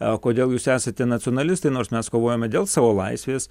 o kodėl jūs esate nacionalistai nors mes kovojame dėl savo laisvės